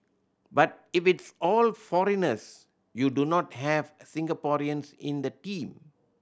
but if it's all foreigners you do not have Singaporeans in the team